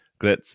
glitz